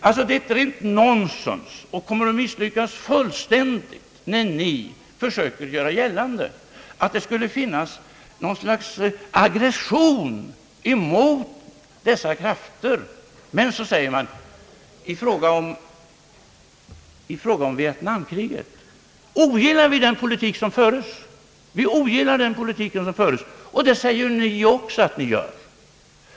Alltså, det är ett rent nonsens och kommer att misslyckas fullständigt när ni försöker göra gällande att det hos oss skulle finnas något slags aggression mot dessa krafter. Men så säger ni: I fråga om vietnamkriget ogillar vi den politik som föres. Jag vill framhålla att också vi ogillar den politiken.